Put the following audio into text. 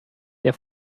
der